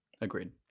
Agreed